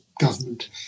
government